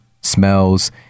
smells